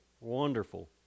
wonderful